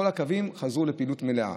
כל הקווים חזרו לפעילות מלאה,